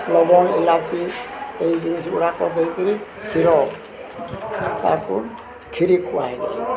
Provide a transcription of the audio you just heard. ଲବଙ୍ଗ ଇଲାଇଚି ଏଇ ଜିନିଷ ଗୁଡ଼ାକ ଦେଇକିରି କ୍ଷୀର ତାକୁ କ୍ଷୀରି କୁହାହେବ